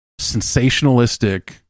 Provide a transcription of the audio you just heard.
sensationalistic